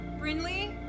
Brinley